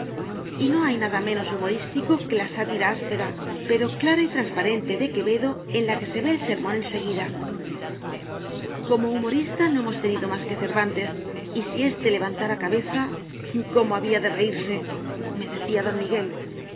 y no hay nada menos humorístico que la sátira áspera pero clara y transparente de quevedo en la que se ve el sermón enseguida como humorista no hemos tenido más que cervantes y si éste levantara cabeza cómo había de reírseme decía don miguelde